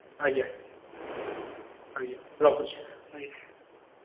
ଆଜ୍ଞା ଆଜ୍ଞା ରଖୁଛି ଆଜ୍ଞା